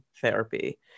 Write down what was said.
therapy